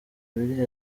biri